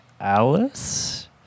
Alice